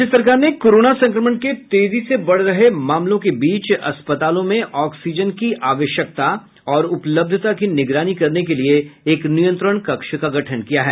राज्य सरकार ने कोरोना संक्रमण के तेजी से बढ़ रहे मामले के बीच अस्पतालों में ऑक्सीजन की आवश्यकता और उपलब्धता की निगरानी करने के लिए एक नियंत्रण कक्ष का गठन किया है